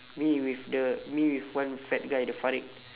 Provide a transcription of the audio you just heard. me with the me with one fat guy the fariq